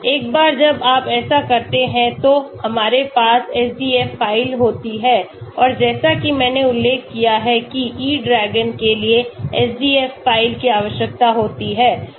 एक बार जब आप ऐसा करते हैं तो हमारे पास SDF फ़ाइल होती है और जैसा कि मैंने उल्लेख किया है किE DRAGON के लिए SDF फाइल की आवश्यकता होती है